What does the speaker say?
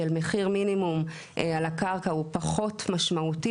של מחיר מינימום על הקרקע הוא פחות משמעותי